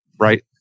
right